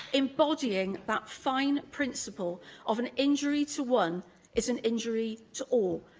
embodying that fine principle of an injury to one is an injury to all,